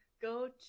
go